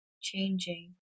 changing